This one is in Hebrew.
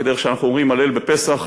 כדרך שאנחנו אומרים "הלל" בפסח